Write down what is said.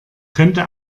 könnte